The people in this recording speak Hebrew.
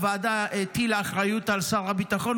הוועדה הטילה אחריות על שר הביטחון,